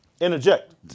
interject